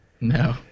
no